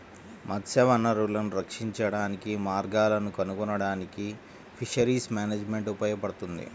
మత్స్య వనరులను రక్షించడానికి మార్గాలను కనుగొనడానికి ఫిషరీస్ మేనేజ్మెంట్ ఉపయోగపడుతుంది